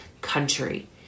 country